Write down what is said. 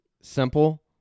simple